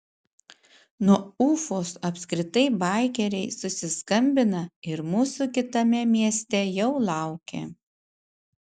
nuo ufos apskritai baikeriai susiskambina ir mūsų kitame mieste jau laukia